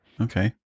Okay